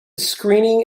screening